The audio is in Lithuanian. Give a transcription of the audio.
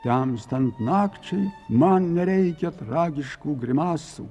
temstant nakčiai man nereikia tragiškų grimasų